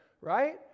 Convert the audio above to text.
Right